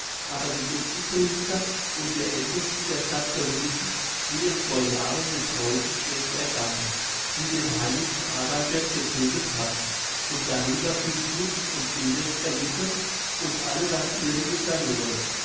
aber die götzenpriester und die aeltesten der stadt beriethen wie es vor jahren den preußen schlecht ergangen die den heiligen adalbert getödtet hatten und darüber viel druck und elend erlitten und alle das ihrige verloren